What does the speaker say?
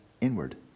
inward